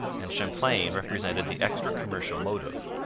and champlain represented the extra-commercial motive.